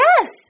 Yes